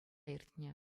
иртнӗ